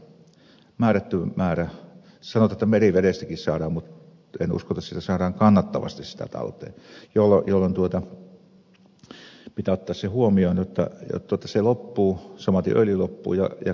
sanotaan että sitä merivedestäkin saadaan mutta en usko että sitä saadaan kannattavasti talteen jolloin pitää ottaa se huomioon jotta se loppuu samaten öljy loppuu ja kivihiili maakaasu